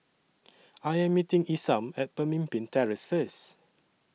I Am meeting Isam At Pemimpin Terrace First